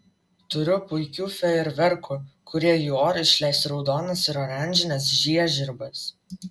turiu puikių fejerverkų kurie į orą išleis raudonas ir oranžines žiežirbas